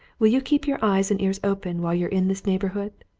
will you keep your eyes and ears open while you're in this neighbourhood?